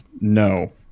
No